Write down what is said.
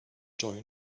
join